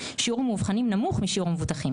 שיעור המאובחנים נמוך משיעור המבוטחים